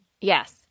Yes